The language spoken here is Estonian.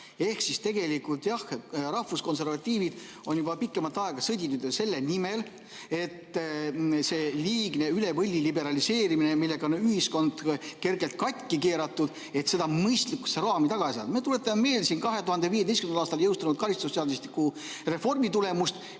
Ehk siis tegelikult, jah, rahvuskonservatiivid on juba pikemat aega sõdinud selle nimel, et see liigne üle võlli liberaliseerimine, millega meie ühiskond on kergelt katki keeratud, mõistlikusse raami tagasi ajada. Me tuletame meelde siin 2015. aastal jõustunud karistusseadustiku reformi tulemust,